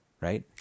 right